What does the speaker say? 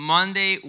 Monday